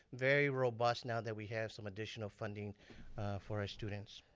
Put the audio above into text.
very robust now that we have some additional funding for our students.